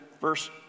verse